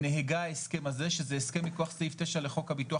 נהגה ההסכם הזה שזה הסכם מכח סעיף 0 לחוק הביטוח